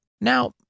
Now